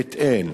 בית-אל.